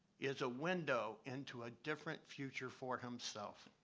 is a window into a different future for himself.